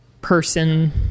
person